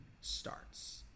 starts